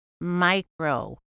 micro